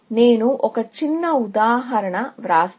నేను ఒక చిన్న ఉదాహరణ వ్రాస్తాను